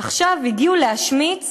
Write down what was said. עכשיו הגיעו להשמיץ